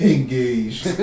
Engaged